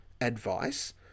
advice